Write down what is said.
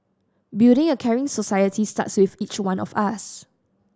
building a caring society starts with each one of us